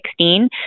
2016